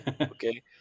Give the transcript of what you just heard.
Okay